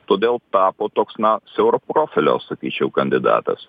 todėl tapo toks na siauro profilio sakyčiau kandidatas